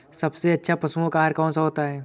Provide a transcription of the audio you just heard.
सबसे अच्छा पशुओं का आहार कौन सा होता है?